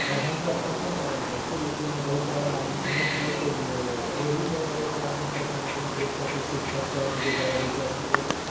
आओर हम तऽ कखनहु कभार जाइ छी लेकिन बहुत सारा आदमी एहन छथि जे डेली जाइ अबैवला आदमी छथि जेनाकि मुख्यरूपसँ कि शिक्षक छथि जे जाइ अबै छथि मुख्यरूप